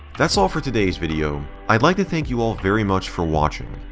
that's all for today's video. i'd like to thank you all very much for watching.